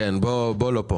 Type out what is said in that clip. ינון, לא פה.